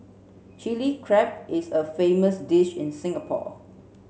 Chilli Crab is a famous dish in Singapore